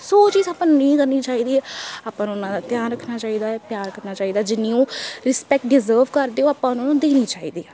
ਸੋ ਉਹ ਚੀਜ਼ ਆਪਾਂ ਨੂੰ ਨਹੀਂ ਕਰਨੀ ਚਾਹੀਦੀ ਹੈ ਆਪਾਂ ਨੂੰ ਉਹਨਾਂ ਦਾ ਧਿਆਨ ਰੱਖਣਾ ਚਾਹੀਦਾ ਹੈ ਪਿਆਰ ਕਰਨਾ ਚਾਹੀਦਾ ਹੈ ਜਿੰਨੀ ਉਹ ਰਿਸਪੈਕਟ ਡਿਜਰਵ ਕਰਦੇ ਉਹ ਆਪਾਂ ਉਹਨਾਂ ਨੂੰ ਦੇਣੀ ਚਾਹੀਦੀ ਹੈ